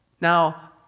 Now